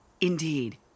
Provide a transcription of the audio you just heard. Indeed